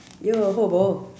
yo ho Bo